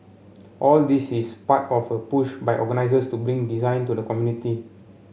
all this is part of a push by organisers to bring design to the community